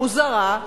מוזרה.